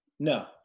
No